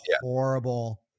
horrible